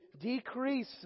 decrease